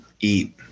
eat